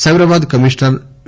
Cyberabad commissioner we